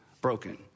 broken